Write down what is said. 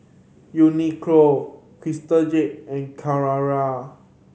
Uniqlo Crystal Jade and Carrera